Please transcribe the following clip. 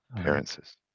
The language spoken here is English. appearances